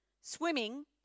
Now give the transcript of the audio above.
Swimming